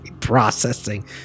processing